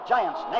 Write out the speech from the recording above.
Giants